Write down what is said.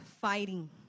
fighting